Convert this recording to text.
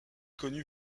connue